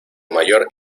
mayor